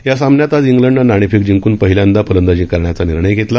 या सामन्यात आज इंग्लडनं नाणेफेक जिंकून पहिल्यांदा फलंदाजी करण्याचा निर्णय घेतला